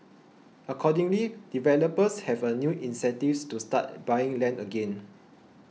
accordingly developers have a new incentives to start buying land again